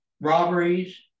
robberies